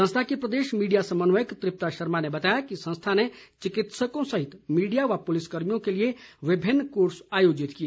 संस्था की प्रदेश मीडिया समन्वयक तृप्ता शर्मा ने बताया कि संस्था ने चिकित्सकों सहित मीडिया व पुलिस कर्मियों के लिए विभिन्न कोर्स आयोजित किए